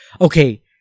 okay